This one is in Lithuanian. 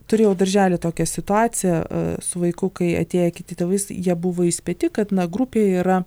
turėjau daržely tokią situaciją su vaiku kai atėjo kiti tėvai jie buvo įspėti kad na grupėj yra